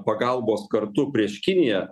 pagalbos kartu prieš kiniją